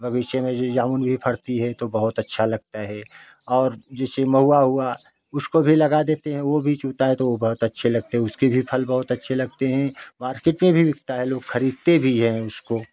बगीचे में ज़ो जामुन भी फरती है तो बहुत अच्छा लगता है और जैसे महुआ हुआ उसको भी लगा देते हैं वो भी चूता है तो वह बहुत अच्छे लगते हो उसके भी फल बहुत अच्छे लगते हैं मार्किट में भी बिकता लोग खरीदते भी हैं उसको